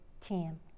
team